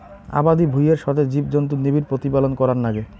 আবাদি ভুঁইয়ের সথে জীবজন্তুুর নিবিড় প্রতিপালন করার নাগে